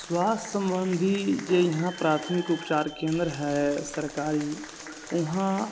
स्वास्थ सम्बन्धी जे इहाँ प्राथमिक उपचार केन्द्र है सरकारी उहाँ